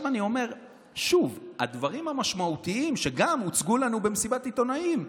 אני אומר שוב: הדברים המשמעותיים שהוצגו לנו במסיבת העיתונאים,